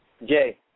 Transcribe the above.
Jay